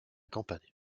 campagne